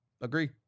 Agree